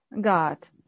got